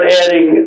adding